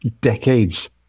decades